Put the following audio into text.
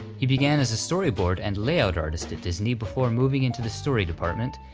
he began as a storyboard and layout artist at disney before moving into the story department,